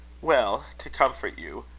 well, to comfort you,